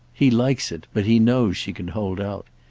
he likes it, but he knows she can hold out.